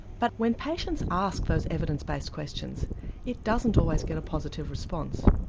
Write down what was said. but when patients ask those evidence based questions it doesn't always get a positive response.